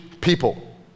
people